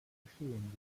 geschehen